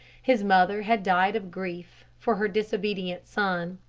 his mother had died of grief for her disobedient son.